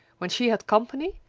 when she had company,